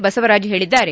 ಬಸವರಾಜ್ ಹೇಳಿದ್ದಾರೆ